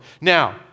Now